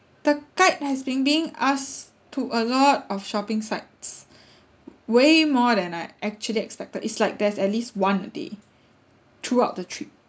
the guide has been bringing us to a lot of shopping sites way more than I actually expected it's like there's at least one a day throughout the trip